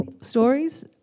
stories